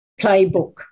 playbook